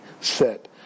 set